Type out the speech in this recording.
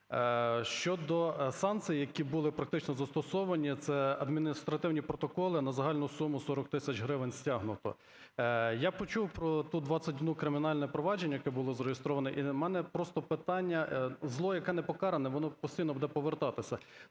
Щодо санкцій, які були практично застосовані, це адміністративні протоколи на загальну суму 40 тисяч гривень стягнуто. Я почув про 21 кримінальне провадження, яке було зареєстроване, і у мене просто питання. Зло, яке непокаране, воно постійно буде повертатись.